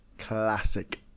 classic